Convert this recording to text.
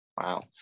Wow